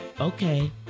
Okay